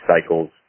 cycles